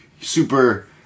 super